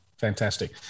Fantastic